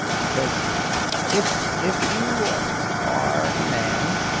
because if if you are a man,